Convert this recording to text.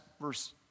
verse